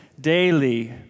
daily